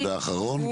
והאחרון.